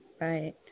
Right